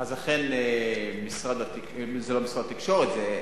משרד התקשורת,